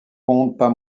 comptent